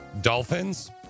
Dolphins